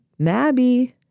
Mabby